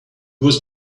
was